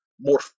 more